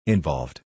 Involved